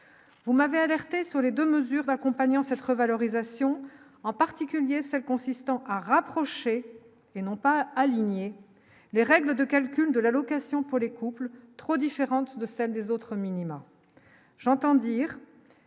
vous m'avez alerté sur les 2 mesures accompagnant cette revalorisation, en particulier celle consistant à rapprocher, et non pas aligner les règles de calcul de l'allocation pour les couples trop différente de celles des autres minima, j'entends dire